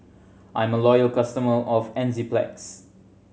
I'm a loyal customer of Enzyplex